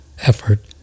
effort